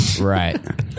Right